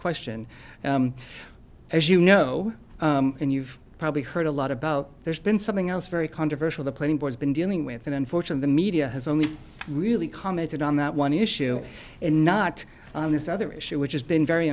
question as you know and you've probably heard a lot about there's been something else very controversial the plane has been dealing with an unfortunate the media has only really commented on that one issue and not on this other issue which has been very